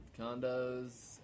condos